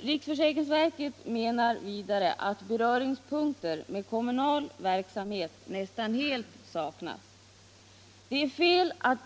Riksförsäkringsverket menar vidare att beröringspunkter med kommunal verksamhet nästan helt saknas. Men det är fel att